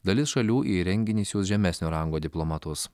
dalis šalių į renginį siųs žemesnio rango diplomatus